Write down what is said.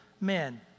men